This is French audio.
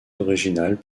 originales